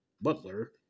Butler